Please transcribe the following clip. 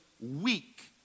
weak